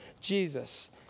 Jesus